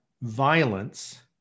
violence